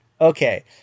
Okay